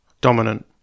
dominant